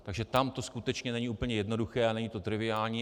Takže tam to skutečně není úplně jednoduché a není to triviální.